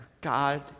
God